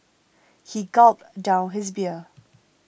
he gulped down his beer